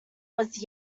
was